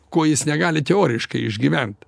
ko jis negali teoriškai išgyvent